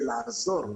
לעזור.